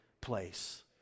place